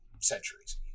centuries